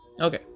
Okay